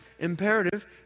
Imperative